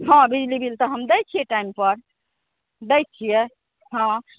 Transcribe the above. हँ बिजली बिल तऽ हम दै छिए टाइमपर दै छिए हँ